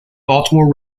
baltimore